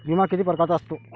बिमा किती परकारचा असतो?